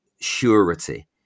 surety